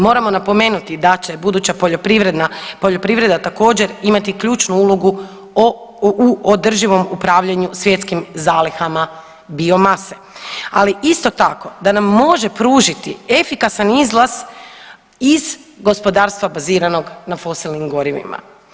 Moramo napomenuti da će buduća poljoprivredna, poljoprivreda također imati ključnu ulogu u održivom upravljanju svjetskim zalihama biomase, ali isto tako da nam može pružiti efikasan izlaz iz gospodarstva baziranog na fosilnim gorivima.